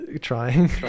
trying